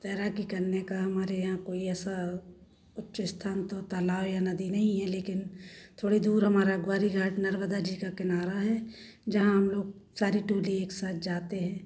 तैराकी करने का हमारे यहाँ कोई ऐसा है उच्च स्थान तो तालाब या नदी नहीं है लेकिन थोड़ी दूर हमारा ग्वारीघाट नर्मदा जी का किनारा है जहाँ हम लोग सारी टोली एक साथ जाते हैं और